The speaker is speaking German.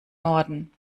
norden